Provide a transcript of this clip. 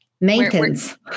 Maintenance